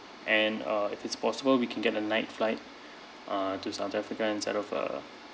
and uh if it's possible we can get a night flight uh to south africa instead of a